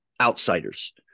outsiders